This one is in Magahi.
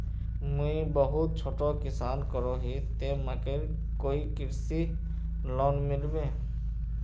मुई बहुत छोटो किसान करोही ते मकईर कोई कृषि लोन मिलबे?